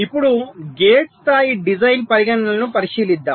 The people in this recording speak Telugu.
ఇప్పుడు గేట్ స్థాయి డిజైన్ పరిగణనలను పరిశీలిద్దాం